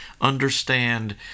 understand